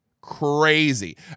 crazy